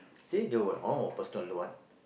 see they will uh personal one